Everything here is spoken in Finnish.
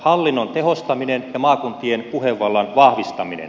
hallinnon tehostaminen ja maakuntien puhevallan vahvistaminen